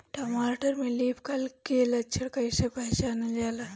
टमाटर में leaf curl के लक्षण कइसे पहचानल जाला?